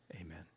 Amen